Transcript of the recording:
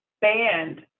band